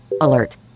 Alert